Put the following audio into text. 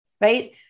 right